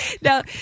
Now